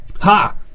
Ha